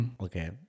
okay